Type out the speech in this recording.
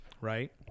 Right